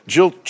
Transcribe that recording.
Jill